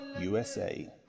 USA